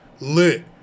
lit